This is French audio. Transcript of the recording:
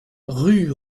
rue